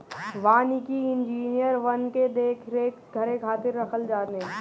वानिकी इंजिनियर वन के देख रेख करे खातिर रखल जाने